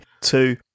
two